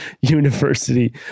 University